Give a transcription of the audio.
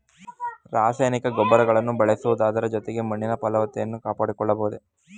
ರಾಸಾಯನಿಕ ಗೊಬ್ಬರಗಳನ್ನು ಬಳಸುವುದರ ಜೊತೆಗೆ ಮಣ್ಣಿನ ಫಲವತ್ತತೆಯನ್ನು ಕಾಪಾಡಿಕೊಳ್ಳಬಹುದೇ?